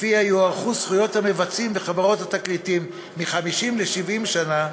שלפיה יוארכו זכויות המבצעים וחברות התקליטים מ-50 ל-70 שנה,